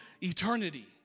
eternity